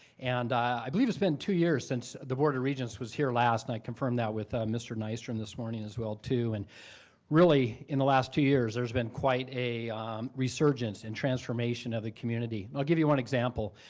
and i believe it's been two years since the board of regents was here last, and i confirmed that with mr. nystuen this morning as well too and really, in the last two years, there's been quite a resurgence and transformation of the community. i'll give you one example.